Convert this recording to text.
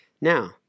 Now